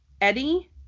Eddie